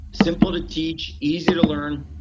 simple to teach, easy to learn,